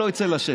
שלא יצא לשמש.